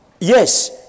yes